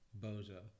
bozo